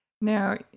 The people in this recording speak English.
now